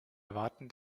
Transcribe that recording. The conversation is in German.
erwarten